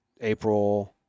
April